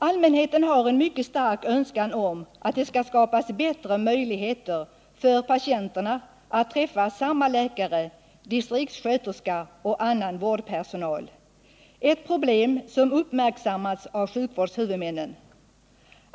Allmänheten har en mycket stark önskan om att det skapas bättre möjligheter för patienterna att träffa samma läkare, distriktssköterska och annan vårdpersonal, ett problem som uppmärksammats av sjukvårdshuvudmännen.